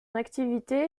activité